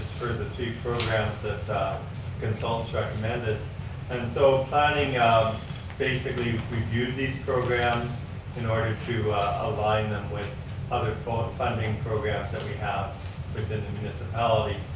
the programs that consultants recommended and so planning basically we viewed these programs in order to align them with other but funding programs that we have. we've been in the municipality,